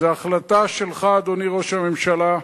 זו החלטה שלך, אדוני ראש הממשלה.